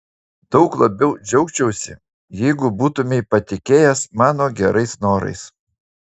daug labiau džiaugčiausi jeigu būtumei patikėjęs mano gerais norais